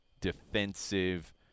defensive